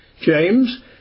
James